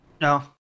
no